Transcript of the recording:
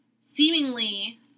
seemingly